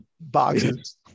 boxes